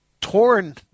torn